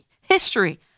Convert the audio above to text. History